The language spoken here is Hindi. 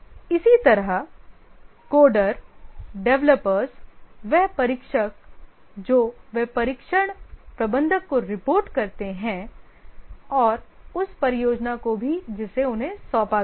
इसी तरह कोडर डेवलपर्स वे परीक्षक जो वे परीक्षण प्रबंधक को रिपोर्ट करते हैं और उस परियोजना को भी जिसे उन्हें सौंपा गया है